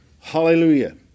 hallelujah